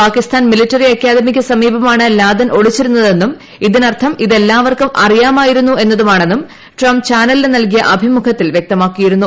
Pakistan military അക്കാദമിക്ക് സമീപമാണ് Laden ഒളിച്ചിരുന്നതെന്നും ഇതിനർത്ഥം ഇതെല്ലാവർക്കും അറിയാമായിരുന്നു എന്നും ട്രംപ് ചാനലിന് നൽകിയ അഭിമുഖത്തിൽ വ്യക്തമാക്കിയിരുന്നു